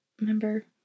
Remember